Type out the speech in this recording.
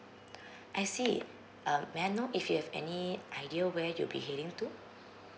I see uh may I know if you have any idea where you'll be heading to